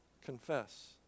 confess